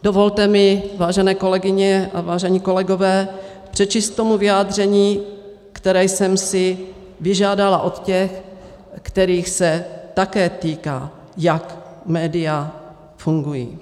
Dovolte mi, vážené kolegyně a vážení kolegové, přečíst k tomu vyjádření, které jsem si vyžádala od těch, kterých se také týká, jak média fungují.